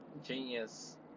Genius